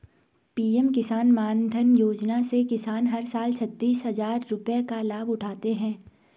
PM Kisan Maandhan Yojana से किसान हर साल छतीस हजार रुपये का लाभ उठाते है